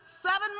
Seven